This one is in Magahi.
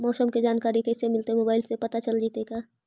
मौसम के जानकारी कैसे मिलतै मोबाईल से पता चल जितै का?